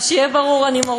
אני לא